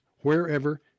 wherever